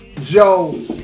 joe